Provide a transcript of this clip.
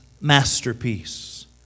masterpiece